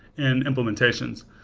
and implementations.